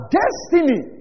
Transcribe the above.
destiny